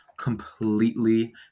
completely